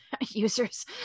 users